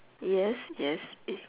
yes yes is